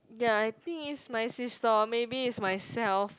ya I think is my sister or maybe is myself